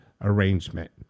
arrangement